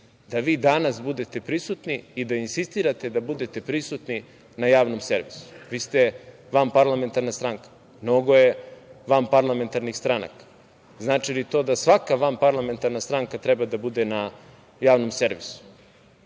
da vi danas budete prisutni i da insistirate da bude prisutni na Javnom servisu? Vi ste vanparlamentarna stranka. Mnogo je vanparlamentarnih stranaka. Znači li to da svaka vanparlamentarna stranka treba da bude na Javnom servisu?